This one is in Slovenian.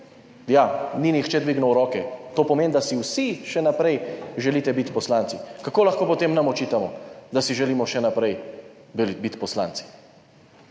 Ja, ni nihče dvignil roke. To pomeni, da si vsi še naprej želite biti poslanci. Kako lahko, potem nam očitamo, da si želimo še naprej biti poslanci?